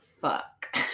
fuck